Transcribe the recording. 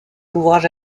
ouvrage